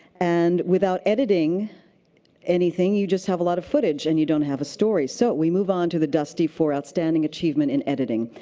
and without editing anything, you just have a lot of footage and you don't have a story. so we must move on to the dusty for outstanding achievement in editing,